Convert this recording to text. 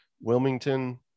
Wilmington